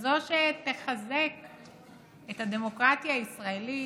ככזאת שתחזק את הדמוקרטיה הישראלית,